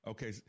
Okay